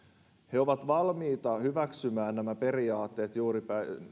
he ovat valmiita hyväksymään nämä periaatteet juuri